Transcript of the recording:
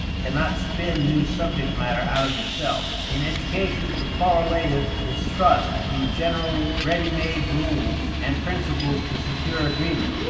cannot spin new subject matter out of itself. in education, the correlative is trust in general ready-made rules and principles to secure agreement,